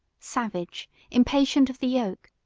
savage impatient of the yoke,